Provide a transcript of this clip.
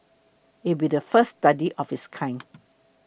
it will be the first study of its kind